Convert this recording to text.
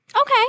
Okay